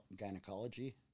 gynecology